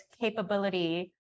capability